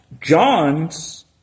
John's